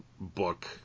book